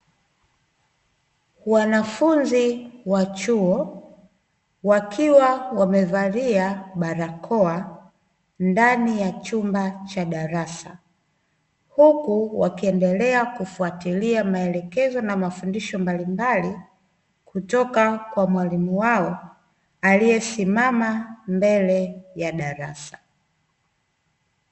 Wanafunzi wa chuo, wakiwa wamevalia barakoa ndani ya chumba cha darasa, huku wakiendelea kufuatilia maelekezo na mafundisho mbalimbali kutoka kwa mwalimu wao, aliyesimama mbele ya darasa.